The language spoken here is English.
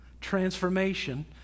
transformation